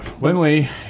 Lindley